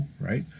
right